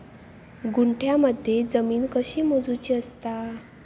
गुंठयामध्ये जमीन कशी मोजूची असता?